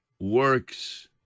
works